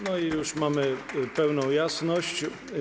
No i już mamy pełną jasność.